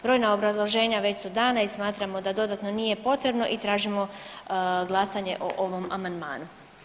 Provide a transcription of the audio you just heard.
Brojna obrazloženja već su dana i smatramo da dodatno nije potrebno i tražimo glasanje o ovom amandmanu.